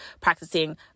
practicing